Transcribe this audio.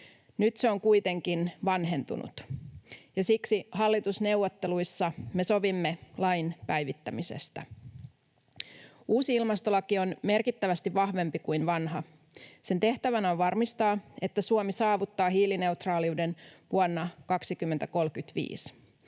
Nyt se on kuitenkin vanhentunut, ja siksi me hallitusneuvotteluissa sovimme lain päivittämisestä. Uusi ilmastolaki on merkittävästi vahvempi kuin vanha. Sen tehtävänä on varmistaa, että Suomi saavuttaa hiilineutraaliuden vuonna 2035.